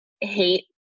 hate